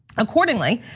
accordingly,